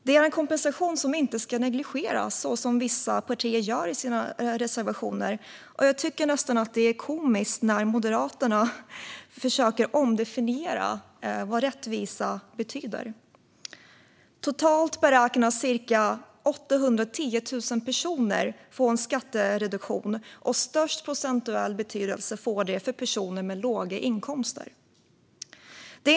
Det är en kompensation som inte ska negligeras, vilket vissa partier gör i sina reservationer. Det blir nästan komiskt när Moderaterna försöker ändra betydelsen av rättvisa. Totalt beräknas ca 810 000 personer få skattereduktionen, och störst procentuell betydelse får det för personer med låga inkomster.